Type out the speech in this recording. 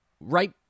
right